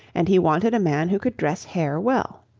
and he wanted a man who could dress hair well.